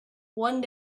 one